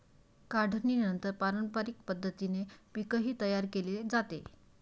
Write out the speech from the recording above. काढणीनंतर पारंपरिक पद्धतीने पीकही तयार केले जाते